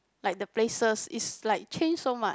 like the places is like change so much